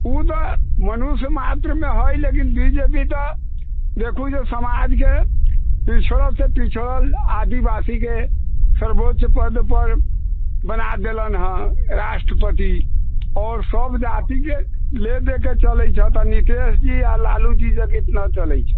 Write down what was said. ओ तऽ मनुष्य मात्रमे हइ लेकिन बी जे पी तऽ देखू जे समाजके पिछड़लसँ पिछड़ल आदिवासीके सर्वोच्च पदपर बना देलनि हँ राष्ट्रपति आओर सभ जातिके लऽ दऽके चलै छथि आओर नीतीशजी आओर लालूजी कतना चलै छथि